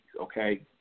Okay